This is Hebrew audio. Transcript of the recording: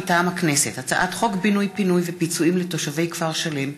מטעם הכנסת: הצעת חוק בינוי-פינוי ופיצויים לתושבי כפר שלם,